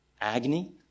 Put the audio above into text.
agony